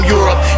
Europe